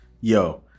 yo